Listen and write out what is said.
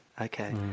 Okay